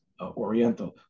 Oriental